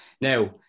Now